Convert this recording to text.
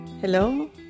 Hello